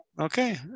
Okay